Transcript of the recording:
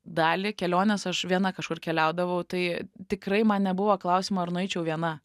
dalį kelionės aš viena kažkur keliaudavau tai tikrai man nebuvo klausimo ar nueičiau viena